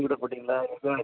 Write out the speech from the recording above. வந்து போட்டீங்களா